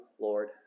Lord